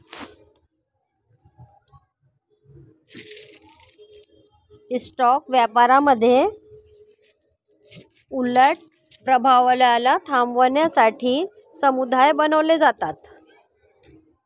stock व्यापारामध्ये उलट प्रभावाला थांबवण्यासाठी समुदाय बनवले जातात